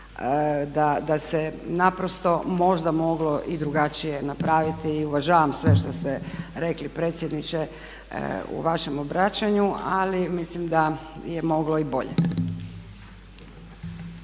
Da se naprosto možda moglo i drugačije napraviti. Uvažavam sve što ste rekli predsjedniče u vašem obraćanju ali mislim da je moglo i bolje.